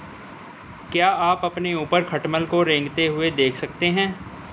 क्या आप अपने ऊपर खटमल को रेंगते हुए देख सकते हैं?